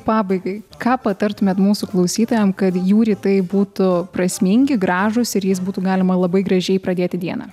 pabaigai ką patartumėt mūsų klausytojam kad jų rytai būtų prasmingi gražūs ir jais būtų galima labai gražiai pradėti dieną